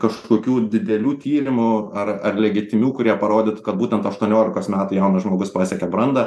kažkokių didelių tyrimų ar ar legitimių kurie parodytų kad būtent aštuoniolikos metų jaunas žmogus pasiekia brandą